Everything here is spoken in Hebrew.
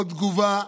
עוד תגובה: